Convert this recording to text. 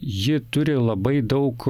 ji turi labai daug